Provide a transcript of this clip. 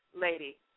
lady